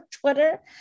Twitter